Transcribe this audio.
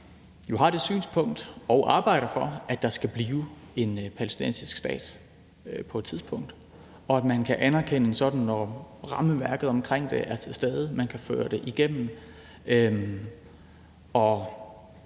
jo har det synspunkt og arbejder for, at der skal blive en palæstinensisk stat på et tidspunkt, og at man kan anerkende en sådan, når rammeværket omkring det er til stede, når man kan føre det igennem,